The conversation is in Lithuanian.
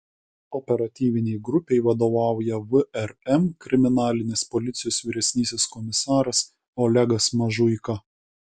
operatyvinei grupei vadovauja vrm kriminalinės policijos vyresnysis komisaras olegas mažuika